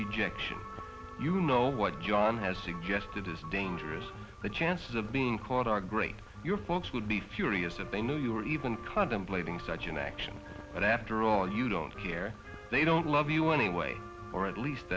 rejection you know what john has suggested is dangerous the chances of being caught are great your folks would be furious if they knew you were even contemplating such an action but after all you don't care they don't love you anyway or at least